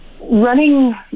Running